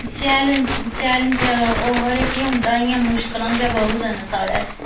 challenge challenge ओह् खबरै केह होंदा इ'यां मुश्कलां गै बहुत न साढ़ै